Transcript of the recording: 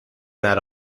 that